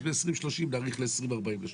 אז ב-2030 נאריך ל-2040 ול-30%.